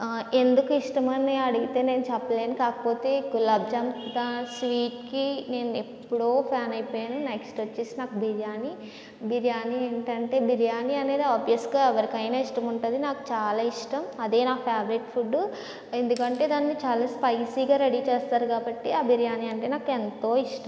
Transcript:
ఎందుకు ఇష్టమని అడిగితే నేను చెప్పలేను కాకపోతే గులాబ్జామ్ ఆ స్వీట్కి నేనెప్పుడో ఫ్యాన్ అయిపోయాను నెక్స్ట్ వచ్చేసి నాకు బిర్యానీ బిర్యానీ ఏంటంటే బిర్యానీ అనేది ఆబ్వియస్గా ఎవరికైనా ఇష్టముంటుంది నాకు చాలా ఇష్టం అదే నా ఫేవరేట్ ఫుడ్ ఎందుకంటే దాన్ని చాలా స్పైసీగా రెడీ చేస్తారు కాబట్టి ఆ బిర్యాని అంటే నాకు ఎంతో ఇష్టం